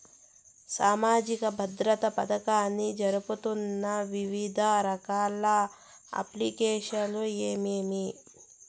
సామాజిక భద్రత పథకాన్ని జరుపుతున్న వివిధ రకాల అప్లికేషన్లు ఏమేమి?